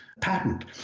patent